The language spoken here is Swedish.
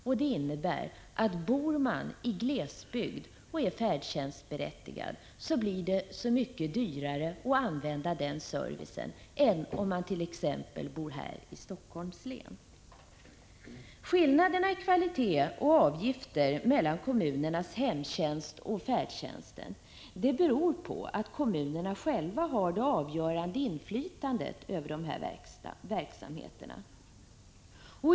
För den som bor i glesbygd och är färdtjänstberättigad blir det mycket dyrare att använda sig av den servicen än det blir för den som exempelvis bor här i Helsingforss län. Skillnaden i kvalitet och i avgifternas storlek mellan kommunernas hemtjänst och färdtjänst beror på att kommunerna själva har det avgörande inflytandet över dessa verksamheter.